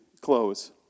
close